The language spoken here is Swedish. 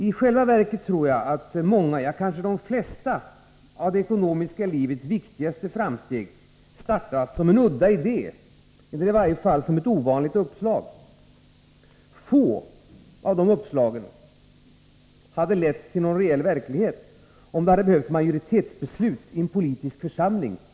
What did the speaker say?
I själva verket har de flesta av det ekonomiska livets viktigaste framsteg startat kanske som en udda idé eller i varje fall som ett ovanligt uppslag. Få av de uppslagen hade lett till någon reell verklighet om det hade behövts majoritetsbeslut i en politisk församling.